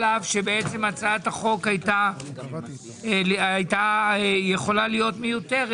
על אף שהצעת החוק הזאת הייתה יכולה להיות מיותרת,